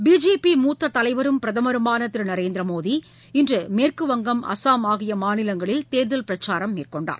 BJP மூத்த தலைவரும் பிரதமருமான திரு நரேந்திரமோடி இன்று மேற்குவங்கம் அஸ்ஸாம் ஆகிய மாநிலங்களில் தேர்தல் பிரச்சாரம் மேற்கொண்டார்